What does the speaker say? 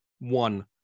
one